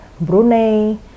Brunei